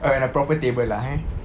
or a proper table lah eh